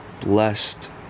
blessed